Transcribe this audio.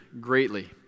greatly